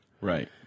Right